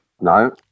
no